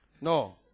No